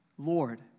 Lord